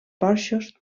porxos